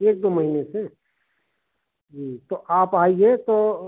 एक दो महीने से तो आप आइए तो